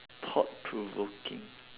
thought provoking